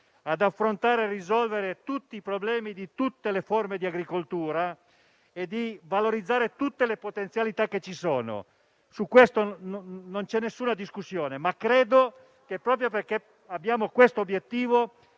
di affrontare e risolvere tutti i problemi di tutte le forme di agricoltura, valorizzando tutte le potenzialità che ci sono. Al riguardo non c'è alcuna discussione. Credo però che, proprio perché abbiamo tale obiettivo,